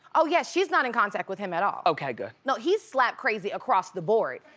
oh yes, she's not in contact with him at all. okay, good. no he's slapped crazy across the board.